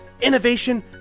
Innovation